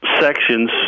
sections